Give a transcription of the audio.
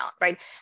right